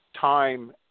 time